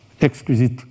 exquisite